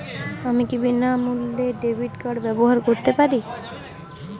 আমি কি বিনামূল্যে ডেবিট কার্ড ব্যাবহার করতে পারি?